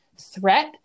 threat